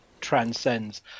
transcends